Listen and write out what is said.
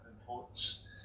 importance